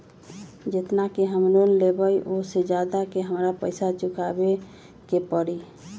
जेतना के हम लोन लेबई ओ से ज्यादा के हमरा पैसा चुकाबे के परी?